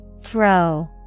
Throw